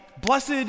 blessed